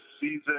season